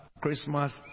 Christmas